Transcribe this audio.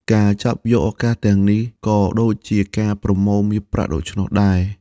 ការចាប់យកឱកាសទាំងនេះ ក៏ដូចជាការប្រមូលមាសប្រាក់ដូច្នោះដែរ។